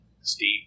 Steve